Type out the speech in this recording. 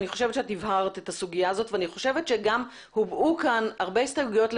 ושבה נכחו יושב-ראש הוועדה,